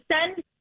send